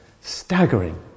staggering